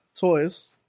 toys